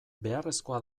beharrezkoa